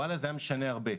זה היה משנה הרבה.